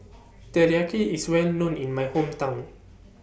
Teriyaki IS Well known in My Hometown